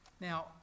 Now